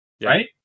right